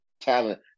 talent